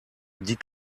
die